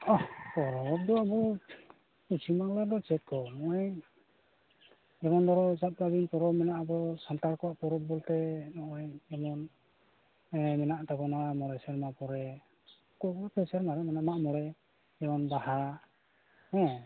ᱚᱜ ᱯᱚᱨᱚᱵᱽ ᱫᱚ ᱟᱵᱚ ᱯᱚᱪᱷᱤᱢ ᱵᱟᱝᱞᱟ ᱨᱮᱫᱚ ᱪᱮᱫ ᱠᱚ ᱦᱚᱸᱜ ᱚᱭ ᱡᱮᱢᱚᱱ ᱫᱷᱚᱨᱚ ᱥᱟᱵ ᱠᱟᱜ ᱵᱮᱱ ᱯᱚᱨᱚᱵᱽ ᱢᱮᱱᱟᱜᱼᱟ ᱟᱵᱚ ᱥᱟᱱᱛᱟᱲ ᱠᱚᱣᱟᱜ ᱯᱚᱨᱚᱵᱽ ᱵᱚᱞᱛᱮ ᱦᱚᱸᱜ ᱚᱭ ᱡᱮᱢᱚᱱ ᱢᱮᱱᱟᱜ ᱛᱟᱵᱚᱱᱟ ᱢᱚᱬᱮ ᱥᱮᱨᱢᱟ ᱯᱚᱨᱮ ᱢᱮᱱᱟ ᱢᱟᱜ ᱢᱚᱬᱮ ᱡᱮᱢᱚᱱ ᱵᱟᱦᱟ ᱦᱮᱸ